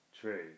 True